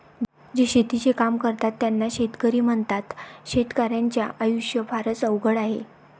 जे शेतीचे काम करतात त्यांना शेतकरी म्हणतात, शेतकर्याच्या आयुष्य फारच अवघड आहे